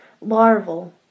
larval